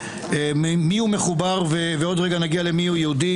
ומיהו מחובר ועוד רגע נגיע למיהו יהודי,